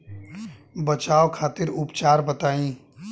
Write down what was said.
बचाव खातिर उपचार बताई?